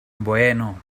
bueno